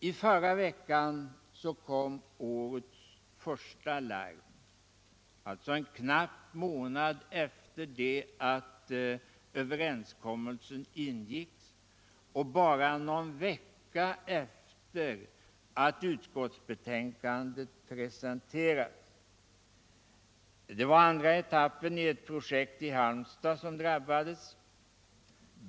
I förra veckan kom årets första larm, en knapp månad efter det att överenskommelsen ingicks och bara någon vecka efter det utskottsbetänkandet presterades. Det var andra etappen i ett projekt i Halmstad som drabbats.